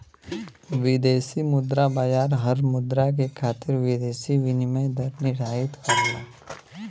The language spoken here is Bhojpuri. विदेशी मुद्रा बाजार हर मुद्रा के खातिर विदेशी विनिमय दर निर्धारित करला